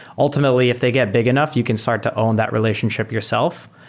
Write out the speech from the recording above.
ultimately, if they get big enough, you can start to own that relationship yourself.